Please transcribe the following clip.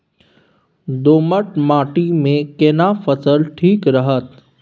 दोमट माटी मे केना फसल ठीक रहत?